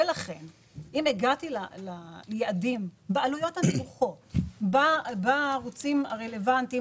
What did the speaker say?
לכן אם הגעתי ליעדים בעלויות הנמוכות בערוצים הרלוונטיים